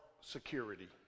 security